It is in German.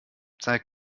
zeig